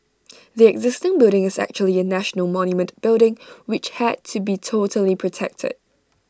the existing building is actually A national monument building which had to be totally protected